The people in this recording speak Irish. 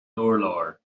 urlár